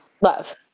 love